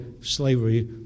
slavery